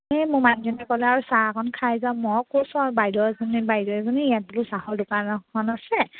এই মোৰ মানুহজনে ক'লে আৰু চাহ অকণ খাই যাও মই কৈছোঁ আৰু বাইদেউ এজনী বাইদেউ এজনী ইয়াত বোলো চাহৰ দোকান এখন আছে